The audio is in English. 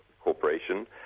corporation